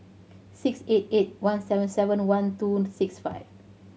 six eight eight one seven seven one two six five